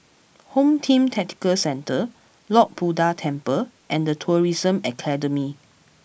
Home Team Tactical Centre Lord Buddha Temple and Tourism Academy